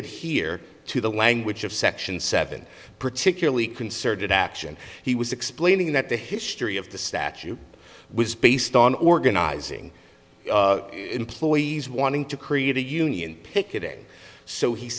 it here to the language of section seven particularly concerted action he was explaining that the history of the statue was based on organizing employees wanting to create a union picketing so he